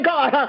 God